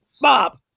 Bob